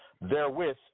therewith